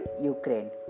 Ukraine